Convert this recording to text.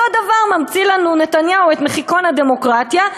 אותו דבר ממציא לנו נתניהו את מחיקון הדמוקרטיה,